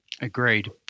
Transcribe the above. Agreed